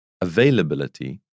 availability